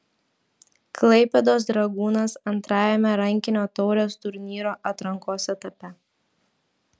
klaipėdos dragūnas antrajame rankinio taurės turnyro atrankos etape